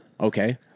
okay